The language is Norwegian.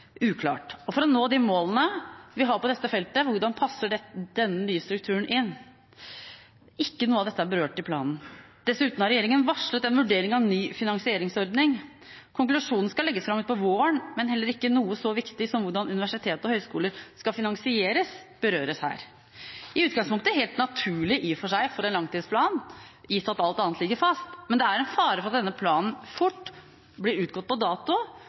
uklart. For å nå målene vi har på dette feltet, hvordan passer denne nye strukturen inn? Ikke noe av dette er berørt i planen. Dessuten har regjeringen varslet en vurdering av ny finansieringsordning. Konklusjonen skal legges fram utpå våren, men heller ikke noe så viktig som hvordan universiteter og høyskoler skal finansieres, berøres her – i utgangspunkt helt naturlig i og for seg for en langtidsplan, gitt at alt annet ligger fast. Men det er en fare for at denne planen fort blir utgått på dato